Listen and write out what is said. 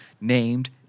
named